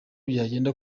byagenda